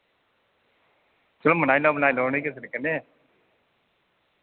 चलो मनाई लाओ मनाई लाओ उ'नें किसे तरीके नै